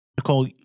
Nicole